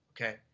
Okay